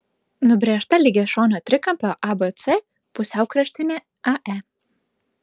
nubrėžta lygiašonio trikampio abc pusiaukraštinė ae